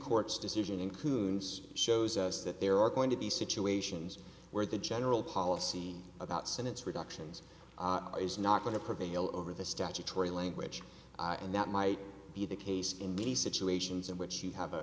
court's decision in coons shows us that there are going to be situations where the general policy about sentence reductions is not going to prevail over the statutory language and that might be the case in many situations in which you have a